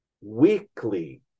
weekly